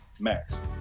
max